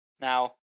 now